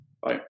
Bye